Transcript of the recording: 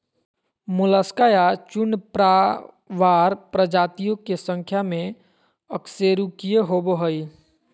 Mollusca या चूर्णप्रावार प्रजातियों के संख्या में अकशेरूकीय होबो हइ